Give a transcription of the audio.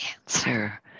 answer